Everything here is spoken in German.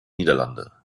niederlande